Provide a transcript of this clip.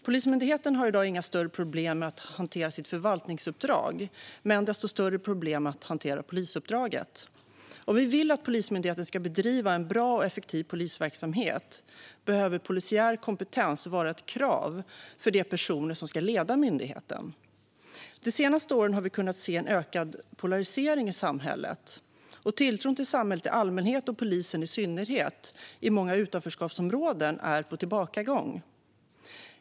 Polismyndigheten har i dag inga större problem med att hantera sitt förvaltningsuppdrag, men desto större problem med att hantera polisuppdraget. Om vi vill att Polismyndigheten ska bedriva en bra och effektiv polisverksamhet behöver polisiär kompetens vara ett krav för de personer som ska leda myndigheten. De senaste åren har vi kunnat se en ökad polarisering i samhället, och tilltron till samhället i allmänhet och polisen i synnerhet i många utanförskapsområden är på tillbakagång.